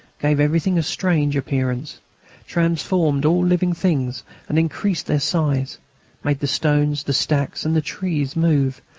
gave everything a strange appearance transformed all living things and increased their size made the stones, the stacks, and the trees move,